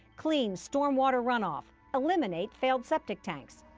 clean storm water runoff, eliminate failed septic tanks.